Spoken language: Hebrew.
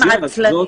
אבל הם עצלנים.